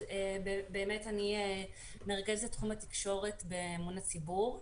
אני מרכזת תחום התקשורת באמון הציבור.